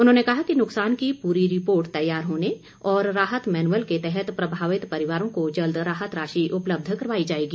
उन्होंने कहा कि नुकसान की पूरी रिपोर्ट तैयार होने और राहत मैनुअल के तहत प्रभावित परिवारों को जल्द राहत राशि उपलब्ध करवाई जाएगी